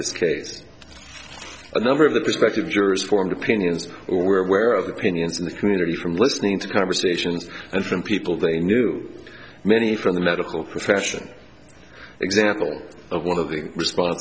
this case a number of the prospective jurors formed opinions or were aware of opinions in the community from listening to conversations and from people they knew many from the medical profession example of one of the response